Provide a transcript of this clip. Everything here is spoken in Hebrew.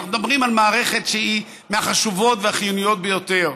אנחנו מדברים על מערכת שהיא מהחשובות והחיוניות ביותר.